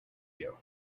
you